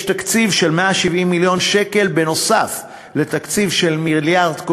יש תקציב של 170 מיליון שקל נוסף על התקציב של מיליארד,